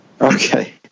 Okay